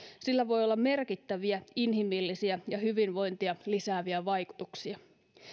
sillä voi olla merkittäviä inhimillisiä ja hyvinvointia lisääviä vaikutuksia